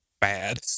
bad